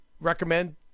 recommend